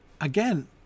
Again